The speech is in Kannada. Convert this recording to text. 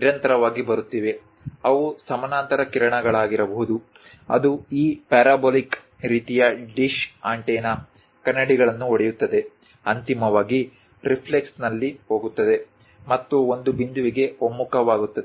ನಿರಂತರವಾಗಿ ಬರುತ್ತಿವೆ ಅವು ಸಮಾನಾಂತರ ಕಿರಣಗಳಾಗಿರಬಹುದು ಅದು ಈ ಪ್ಯಾರಾಬೋಲಿಕ್ ರೀತಿಯ ಡಿಶ್ ಆಂಟೆನಾ ಕನ್ನಡಿಗಳನ್ನು ಹೊಡೆಯುತ್ತದೆ ಅಂತಿಮವಾಗಿ ರಿಫ್ಲಕ್ಸ್ನಲ್ಲಿ ಹೋಗುತ್ತದೆ ಮತ್ತು ಒಂದು ಬಿಂದುವಿಗೆ ಒಮ್ಮುಖವಾಗುತ್ತದೆ